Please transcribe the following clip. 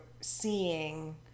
seeing